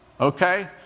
okay